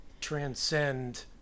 transcend